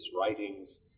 writings